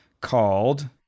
called